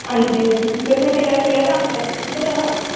हां जी तुसें कनेहा रंग कराये दा घरै दा